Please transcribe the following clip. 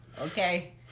Okay